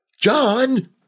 John